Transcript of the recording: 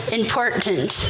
important